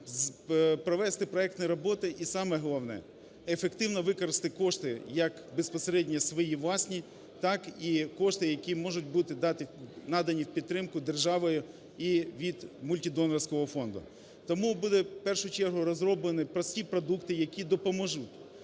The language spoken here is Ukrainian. провести проектні роботи, і саме головне – ефективно використати кошти як безпосередньо свої власні, так і кошти, які можуть бути надані в підтримку державою і від мультидонорського фонду. Тому будуть в першу чергу розроблені прості продукти, які допоможуть